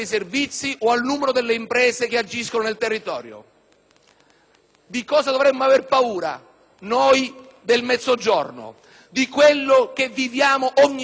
Di cosa dovremmo aver paura noi del Mezzogiorno? Di quello che viviamo ogni giorno, della nostra drammatica realtà?